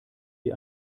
wie